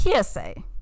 PSA